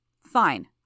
Fine